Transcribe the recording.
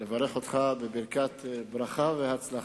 לברך אותך בברכת ברכה והצלחה.